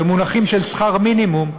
במונחים של שכר מינימום,